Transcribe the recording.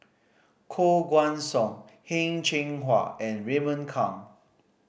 Koh Guan Song Heng Cheng Hwa and Raymond Kang